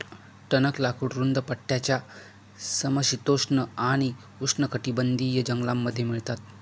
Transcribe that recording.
टणक लाकूड रुंद पट्ट्याच्या समशीतोष्ण आणि उष्णकटिबंधीय जंगलांमध्ये मिळतात